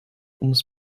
ums